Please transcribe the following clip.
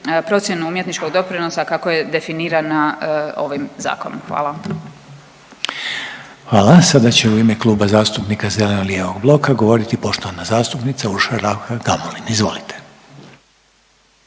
procjenu umjetničkog doprinosa kako je definirana ovim zakonom. Hvala. **Reiner, Željko (HDZ)** Hvala. Sada će u ime Kluba zastupnika zeleno-lijevog bloka govoriti poštovana zastupnica Urša Raukar Gamulin. Izvolite.